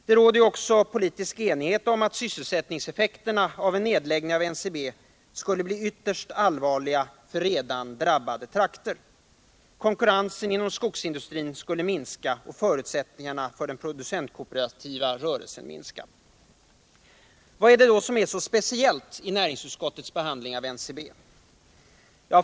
Det råder ju också politisk enighet om att sysselsättningseffekterna av en nedläggning av NCB skulle bli ytterst allvarliga för redan drabbade trakter. Konkurrensen inom skogsindustrin skulle minska, och förutsättningarna för den producentkooperativa rörelsen skulle försämras. Vad är det då som är så speciellt i näringsutskottets behandling av NCB?